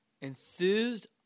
Enthused